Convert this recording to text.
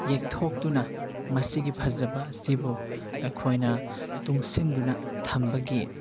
ꯌꯦꯛꯊꯣꯛꯇꯨꯅ ꯃꯁꯤꯒꯤ ꯐꯖꯕ ꯑꯁꯤꯕꯨ ꯑꯩꯈꯣꯏꯅ ꯇꯨꯡꯁꯤꯟꯗꯨꯅ ꯊꯝꯕꯒꯤ